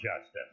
justice